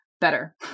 better